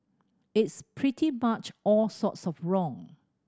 it's pretty much all sorts of wrong